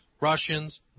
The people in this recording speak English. Russians